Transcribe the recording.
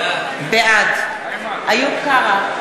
בעד איוב קרא,